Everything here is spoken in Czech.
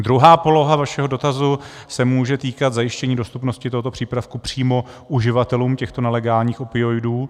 Druhá poloha vašeho dotazu se může týkat zajištění dostupnosti tohoto přípravku přímo uživatelům těchto nelegálních opioidů.